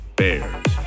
bears